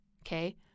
Okay